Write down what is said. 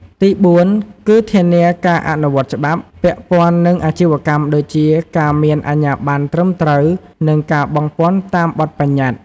ទីបួន គឺ ធានាការអនុវត្តច្បាប់ ពាក់ព័ន្ធនឹងអាជីវកម្មដូចជាការមានអាជ្ញាប័ណ្ណត្រឹមត្រូវ និងការបង់ពន្ធតាមបទប្បញ្ញត្តិ។